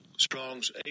Strong's